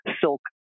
silk